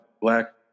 black